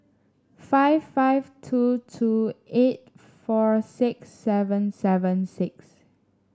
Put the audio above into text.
five five two two eight four six seven seven six